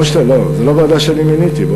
לא, זו לא ועדה שאני מיניתי.